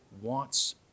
wants